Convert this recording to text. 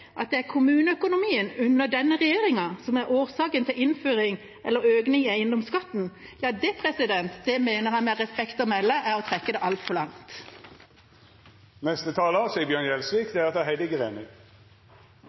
at det er kommuneøkonomien under denne regjeringa som er årsaken til innføring av eller økning i eiendomsskatten, mener jeg, med respekt å melde, er å trekke det altfor langt.